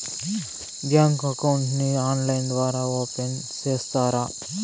Bank account ని online ద్వారా open సేస్తారా?